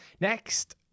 Next